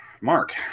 mark